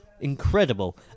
Incredible